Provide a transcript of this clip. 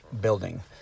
building